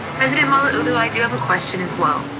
president malauulu, i do have a question as well.